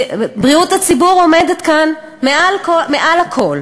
בריאות הציבור עומדת כאן מעל הכול,